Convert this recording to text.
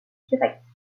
directe